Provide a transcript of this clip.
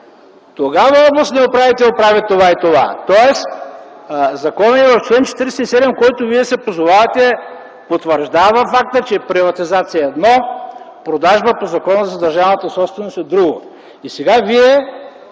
тогава областният управител прави това и това. Тоест законът в чл. 47, на който вие се позовавате, потвърждава факта, че приватизация е едно, а продажба по Закона за държавната собственост е друго. Сега вие